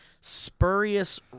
spurious